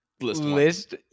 List